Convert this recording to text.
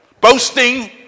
boasting